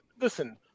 listen